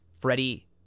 Freddie